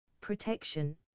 Protection